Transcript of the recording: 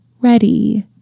Ready